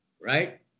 right